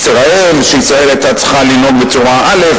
שישראל היתה צריכה לנהוג בצורה א',